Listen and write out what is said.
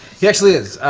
he actually is.